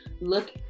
look